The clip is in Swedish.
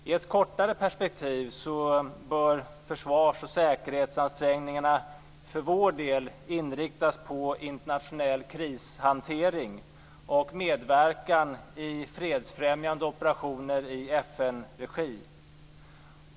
I ett kortare perspektiv bör försvars och säkerhetsansträngningarna för vår del inriktas på internationell krishantering och medverkan i fredsfrämjande operationer i FN-regi.